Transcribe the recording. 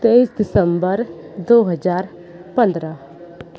तेईस दिसम्बर दो हज़ार पंद्रह